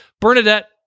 Bernadette